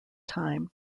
time